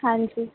ਹਾਂਜੀ